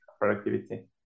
productivity